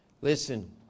Listen